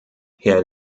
herr